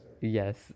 yes